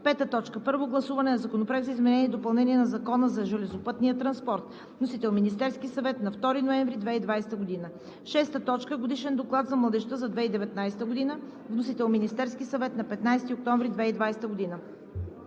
2020 г. 5. Първо гласуване на Законопроекта за изменение и допълнение на Закона за железопътния транспорт. Вносител – Министерският съвет на 2 ноември 2020 г. 6. Годишен доклад за младежта за 2019 г. Вносител – Министерският съвет на 15 октомври 2020 г.